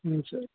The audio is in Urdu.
ہاں سر